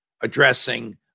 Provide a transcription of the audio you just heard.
addressing